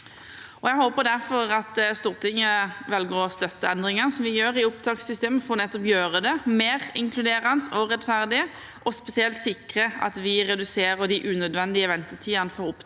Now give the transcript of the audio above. Jeg håper derfor at Stortinget velger å støtte endringene som vi gjør i opptakssystemet for nettopp å gjøre det mer inkluderende og rettferdig, og spesielt sikre at vi reduserer de unødvendige ventetidene for opptaket